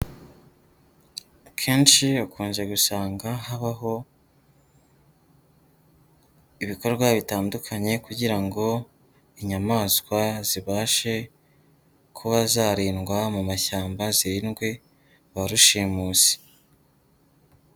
Akenshi ukunze gusanga habaho ibikorwa bitandukanye kugirango inyamaswa zibashe kuba zarindwa mu mashyamba zirindwe ba rushimusi.